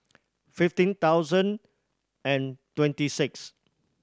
fifteen thousand and twenty six